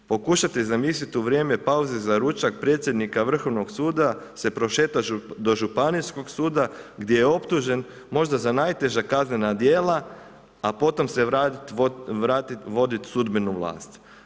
Pokušajte zamisliti u vrijeme pauze za ručak predsjednika Vrhovnog suda se prošeta do županijskog suda gdje je optužen možda za najteža kaznena djela, a potom se vrati vodit sudbenu vlast.